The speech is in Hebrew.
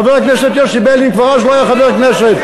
חבר הכנסת יוסי ביילין כבר אז לא היה חבר כנסת.